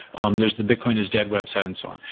um there's the bitcoin is dead website and so on.